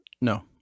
No